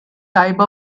type